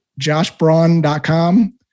joshbraun.com